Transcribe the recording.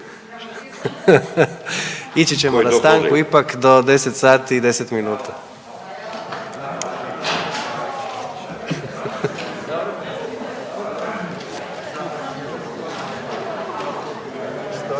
ići ćemo na stanku ipak do 10 sati i 10 minuta.